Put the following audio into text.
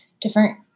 different